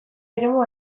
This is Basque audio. eremu